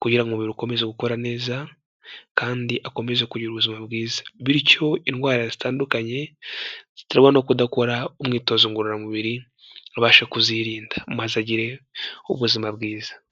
kugira ngo umubiri ukomeze gukora neza kandi akomeze kugira ubuzima bwiza bityo indwara zitandukanye ziterwa no kudakora umwitozo ngororamubiri abashe kuzirinda maze agire ubuzima bwiza.